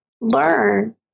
learn